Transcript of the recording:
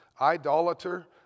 idolater